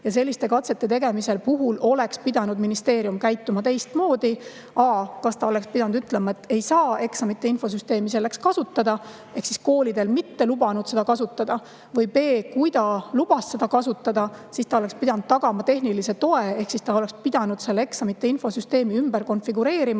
Ja selliste katsete tegemise puhul oleks ministeerium pidanud käituma teistmoodi: a) kas ta oleks pidanud ütlema, et ei saa eksamite infosüsteemi selleks kasutada, ehk siis ta poleks koolidel lubanud seda kasutada, või b) kui ta lubas seda kasutada, siis ta oleks pidanud tagama tehnilise toe. Ta oleks pidanud eksamite infosüsteemi ümber konfigureerima,